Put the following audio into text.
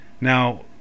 Now